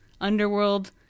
Underworld